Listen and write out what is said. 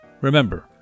Remember